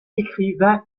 écrivain